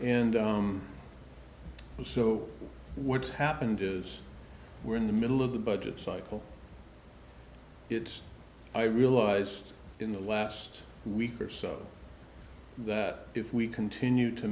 and so what's happened is we're in the middle of the budget cycle it's i realized in the last week or so that if we continue to